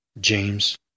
James